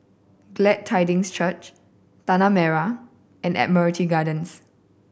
Glad Tidings Church Tanah Merah and Admiralty Gardens